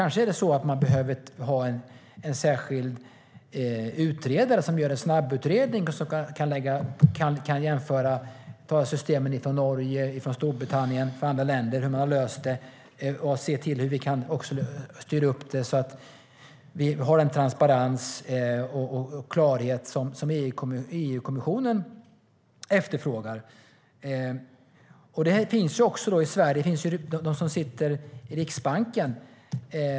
Kanske behöver man ha en särskild utredare som gör en snabbutredning och jämför systemen i Norge, Storbritannien och andra länder och hur de har löst detta och som kan se hur vi kan styra upp det så att vi får den transparens och klarhet som EU-kommissionen efterfrågar. I Sverige finns en sådan karantän för dem som sitter i Riksbanken.